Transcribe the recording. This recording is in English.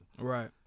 Right